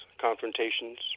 confrontations